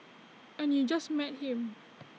and you just met him